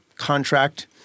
contract